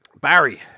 Barry